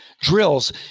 drills